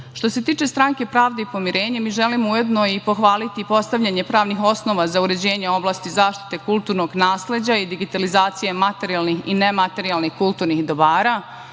se tiče Stranke pravde i pomirenja, mi želimo ujedno i pohvaliti postavljanje pravnih osnova za uređenje oblasti zaštite kulturnog nasleđa i digitalizacije materijalnih i nematerijalnih kulturnih dobara. Obzirom